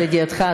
לידיעתך,